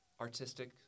artistic